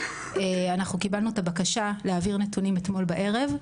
אנחנו קיבלנו את הבקשה להעביר נתונים אתמול בערב,